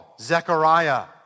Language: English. Zechariah